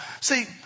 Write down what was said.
See